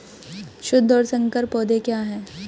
शुद्ध और संकर पौधे क्या हैं?